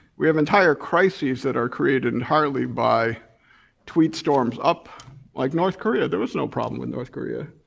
we have entire crises that are created entirely by tweet storms up like north korea, there was no problem with north korea.